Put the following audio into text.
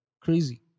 Crazy